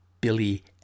Billy